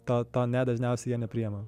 to to ne dažniausiai jie nepriima